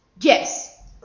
Yes